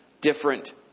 different